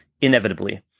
Inevitably